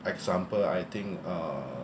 example I think uh